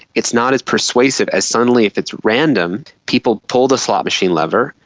it's not as persuasive as suddenly if it's random. people pull the slot machine lever,